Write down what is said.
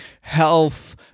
health